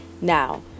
Now